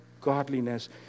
godliness